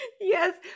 Yes